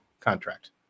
contract